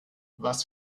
was